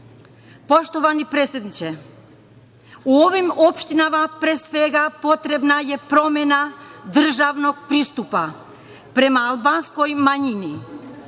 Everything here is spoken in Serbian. razvoja. Poštovani predsedniče, u ovim opštinama pre svega potrebna je promena državnog pristupa prema albanskoj manjini